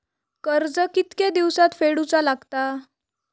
कर्ज कितके दिवसात फेडूचा लागता?